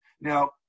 Now